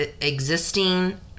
existing